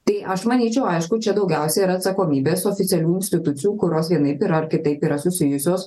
tai aš manyčiau aišku čia daugiausia yra atsakomybės oficialių institucijų kuros vienaip yra ar kitaip yra susijusios